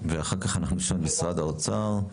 אחר כך נשמע את משרד האוצר.